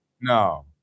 No